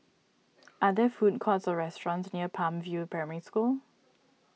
are there food courts or restaurants near Palm View Primary School